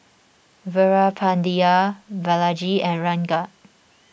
Veerapandiya Balaji and Ranga